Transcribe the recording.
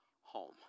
home